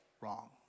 wrong